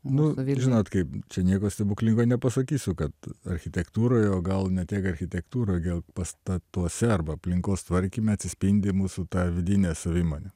nu žinot kaip čia nieko stebuklingo nepasakysiu kad architektūroj o gal ne tiek architektūro gal pastatuose arba aplinkos tvarkyme atsispindi mūsų ta vidinė savimonė